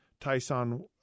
Tyson